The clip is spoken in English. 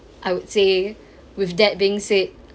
I would say with that being said